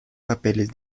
papeles